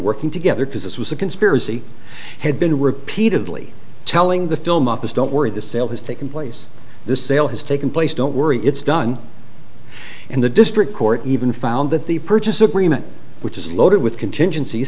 working together because this was a conspiracy had been repeatedly telling the film office don't worry the sale has taken place this sale has taken place don't worry it's done and the district court even found that the purchase agreement which is loaded with contingency